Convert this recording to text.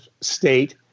state